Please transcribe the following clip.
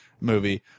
movie